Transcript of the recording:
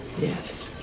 Yes